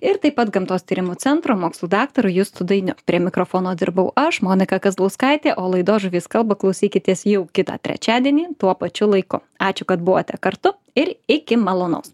ir taip pat gamtos tyrimų centro mokslų daktaru justu dainiu prie mikrofono dirbau aš monika kazlauskaitė o laidos žuvys kalba klausykitės jau kitą trečiadienį tuo pačiu laiku ačiū kad buvote kartu ir iki malonaus